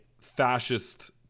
fascist